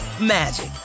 magic